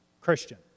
Christian